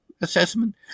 assessment